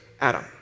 Adam